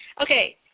okay